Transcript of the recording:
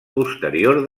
posterior